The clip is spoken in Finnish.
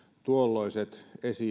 tuolloiset